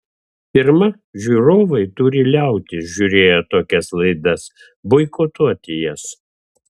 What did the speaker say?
pirma žiūrovai turi liautis žiūrėję tokias laidas boikotuoti jas